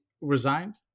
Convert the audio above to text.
resigned